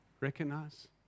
Recognize